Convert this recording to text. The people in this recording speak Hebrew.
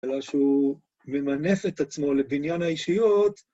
אלא שהוא ממנף את עצמו לבניין האישיות.